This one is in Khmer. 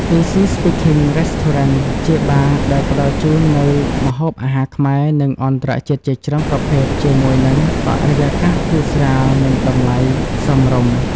Easy Speaking Restaurant ជាបារដែលផ្ដល់ជូននូវ ម្ហូបអាហារខ្មែរ និងអន្តរជាតិជាច្រើនប្រភេទ ជាមួយនឹង បរិយាកាសធូរស្រាល និងតម្លៃសមរម្យ។